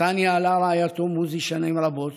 שאותה ניהלה רעייתו מוזי שנים רבות